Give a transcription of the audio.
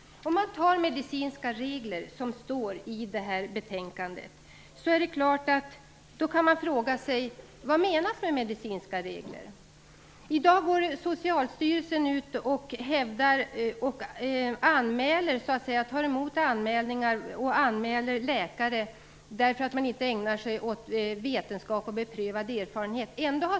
I detta betänkande redovisas vissa medicinska regler. Man kan fråga sig vad som menas med medicinska regler. Socialstyrelsen tar i dag emot anmälningar mot läkare som inte tillämpar vetenskap och beprövad erfarenhet.